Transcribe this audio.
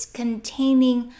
containing